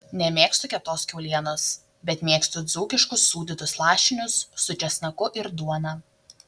nemėgstu keptos kiaulienos bet mėgstu dzūkiškus sūdytus lašinius su česnaku ir duona